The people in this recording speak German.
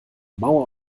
mauer